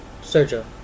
Sergio